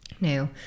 Now